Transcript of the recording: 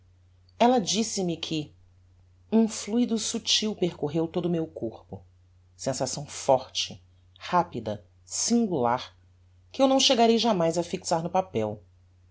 ateimei ella disse-me que um fluido subtil percorreu todo o meu corpo sensação forte rapida singular que eu não chegarei jamais a fixar no papel